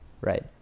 right